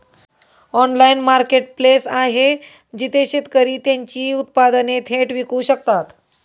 Online marketplace आहे जिथे शेतकरी त्यांची उत्पादने थेट विकू शकतात?